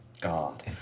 God